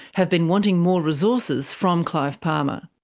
have been wanting more resources from clive palmer.